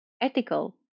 ethical